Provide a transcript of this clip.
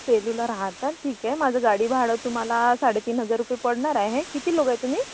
सेलूला राहतात ठीकए माझं गाडी भाडं तुम्हाला साडेतीन हजार रुपये पडणार आहे किती लोकं आहे तु्म्ही